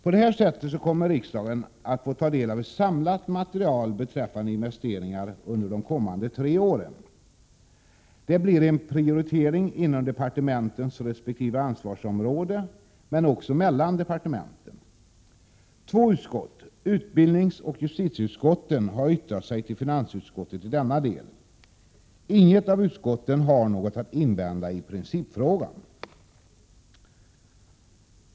På detta sätt kommer riksdagen att få ta del av ett samlat material beträffande investeringar under de kommande tre åren. Det blir fråga om en prioritering inom departementens resp. ansvarsområden men också mellan departementen. Två utskott, utbildningsoch justitieutskotten, har yttrat sig till finansutskottet i denna del. Inget av utskotten har något att invända i principfrågan.